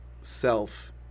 self